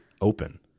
open